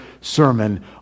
sermon